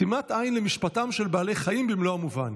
שימת עין למשפטם של בעלי חיים במלוא המובן".